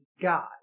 god